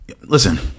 Listen